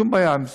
שום בעיה עם זה.